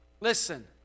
listen